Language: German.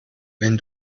wenn